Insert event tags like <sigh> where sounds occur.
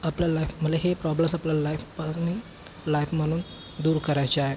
आपल्या लाईफमधले हे प्रॉब्लेम्स आपल्याला लाईफ <unintelligible> लाईफमधून दूर करायचे आहे